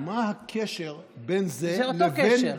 מה הקשר בין זה לבין, זה אותו קשר.